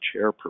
chairperson